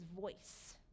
voice